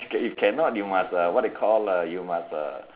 if cannot you must uh what they call lah you must uh